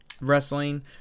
wrestling